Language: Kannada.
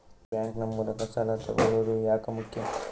ಬ್ಯಾಂಕ್ ನ ಮೂಲಕ ಸಾಲ ತಗೊಳ್ಳೋದು ಯಾಕ ಮುಖ್ಯ?